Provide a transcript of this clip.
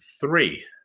three